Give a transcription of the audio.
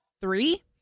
three